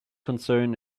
concern